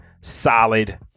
solid